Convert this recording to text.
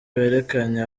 berekanye